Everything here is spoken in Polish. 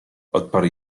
odparł